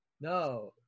no